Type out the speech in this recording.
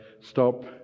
stop